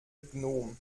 gnom